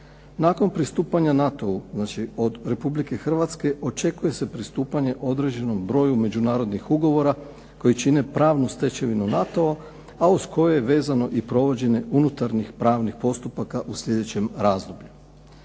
Nakon pristupanja NATO-u, znači od Republike Hrvatske očekuje se pristupanje određenom broju međunarodnih ugovora koji čine pravnu stečevinu NATO-a, a uz koju je vezano i provođenje unutarnjih pravnih postupaka u slijedećem razdoblju.